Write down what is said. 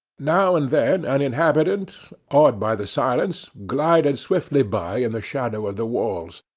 now and then an inhabitant, awed by the silence, glided swiftly by in the shadow of the walls.